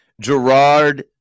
Gerard